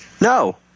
No